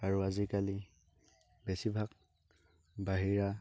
আৰু আজিকালি বেছিভাগ বাহিৰা